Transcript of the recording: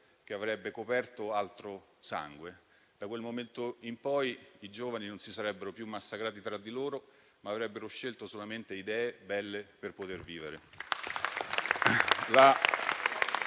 che avrebbe coperto altro sangue. Da quel momento in poi, i giovani non si sarebbero più massacrati tra di loro, ma avrebbero scelto solamente idee belle per poter vivere.